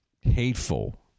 hateful